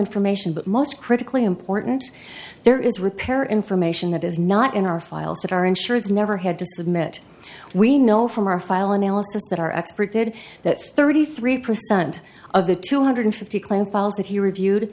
information but most critically important there is repair information that is not in our files that our insurance never had to submit we know from our file analysis that our expert did that thirty three percent of the two hundred fifty claim files that he reviewed